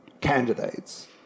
candidates